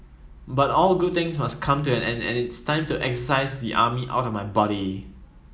but all good things must come to an end and it's time to exorcise the army outta my body